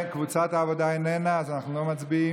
קבוצת סיעת העבודה איננה, אז אנחנו לא מצביעים,